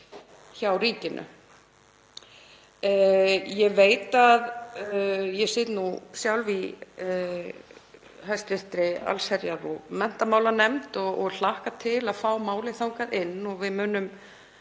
hjá ríkinu. Ég sit nú sjálf í hæstv. allsherjar- og menntamálanefnd og hlakka til að fá málið þangað inn. Þar munum